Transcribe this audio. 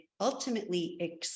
ultimately